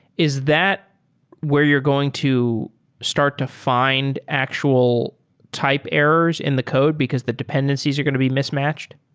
is that where you're going to start to fi nd actual type errors in the code because the dependencies are going to be mismatched?